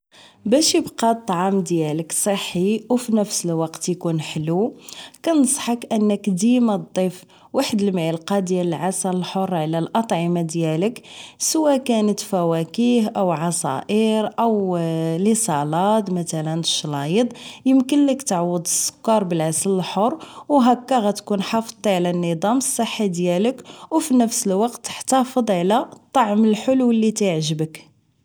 باش ابقا الطعام ديالك صحي و فنفس الوقت اكون حلو كنصحك انك ديما ضيف واحد المعلقة العسل الحر للاطعمة ديالك سوا كانت فواكه او عصائر او ليصلاد متلا شلايض يمكن ليك تعوض السكر بالعسل الحر و هكا غتكون حافضتي على النضام الصحي ديالك و بنفس الوقت تحتافض على الطعم الحلو اللي كيعجبك١